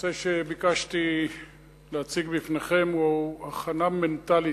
הנושא שביקשתי להציג בפניכם הוא "הכנה מנטלית",